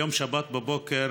ביום שבת בבוקר